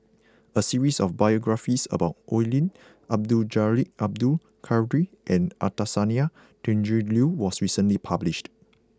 a series of biographies about Oi Lin Abdul Jalil Abdul Kadir and Anastasia Tjendri Liew was recently published